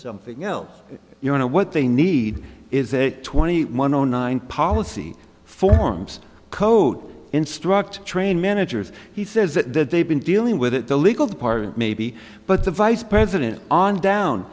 something else you don't know what they need is a twenty one zero nine policy forms code instruct train managers he says that they've been dealing with it the legal department maybe but the vice president on down